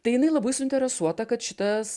tai jinai labai suinteresuota kad šitas